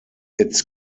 its